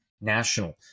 national